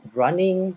running